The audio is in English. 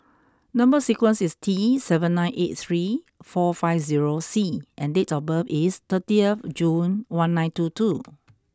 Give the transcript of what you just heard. number sequence is T seven nine eight three four five zero C and date of birth is thirtieth June one nine two two